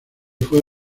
fue